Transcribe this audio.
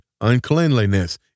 uncleanliness